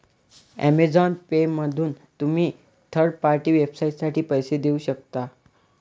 Amazon पेमधून तुम्ही third party वेबसाइटसाठी पैसे देऊ शकता